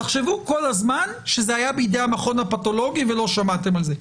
תחשבו כל הזמן שזה היה בידי המכון הפתולוגי ולא שמעתם על זה.